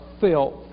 filth